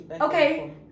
Okay